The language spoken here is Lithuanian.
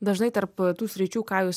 dažnai tarp tų sričių ką jūs